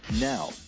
Now